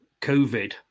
COVID